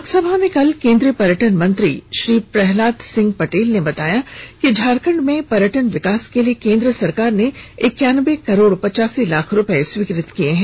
लोकसभा में कल केंद्रीय पर्यटन मंत्री श्री प्रहलाद सिंह पटेल ने बताया कि झारखंड में पर्यटन विकास कि लिए केंद्र सरकार ने एक्यानबे करोड़ पचासी लाख रुपये स्वीकृत किये हैं